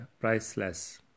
priceless